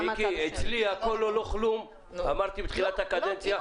אצלי הכול או לא כלום, אמרתי בתחילת הקדנציה.